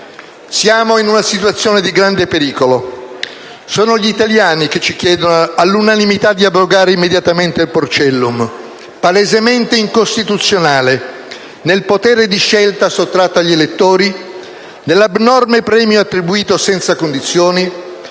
Siamo in una situazione di grande pericolo. Sono gli italiani che ci chiedono all'unanimità di abrogare immediatamente il "porcellum", palesemente incostituzionale nel potere di scelta sottratto agli elettori, nell'abnorme premio attribuito senza condizioni,